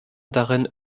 darin